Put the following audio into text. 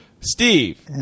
Steve